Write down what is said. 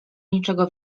niczego